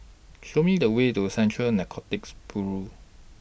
Show Me The Way to Central Narcotics Bureau